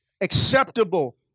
acceptable